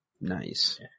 Nice